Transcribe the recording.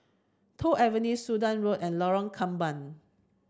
Toh Avenue Sudan Road and Lorong Kembang